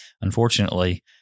unfortunately